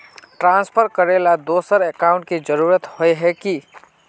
Transfer करेला दोसर account की जरुरत होय है की?